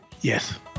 Yes